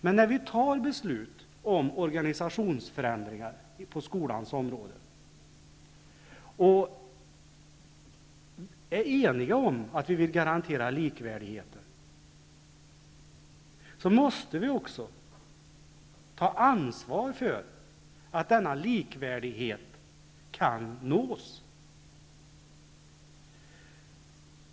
Men när vi fattar beslut om organisationsförändringar på skolans område, och är eniga om att vi vill garantera likvärdigheten, måste vi också ta ansvar för att denna likvärdighet kan nås.